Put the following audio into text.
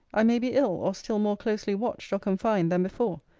i may be ill, or still more closely watched or confined than before.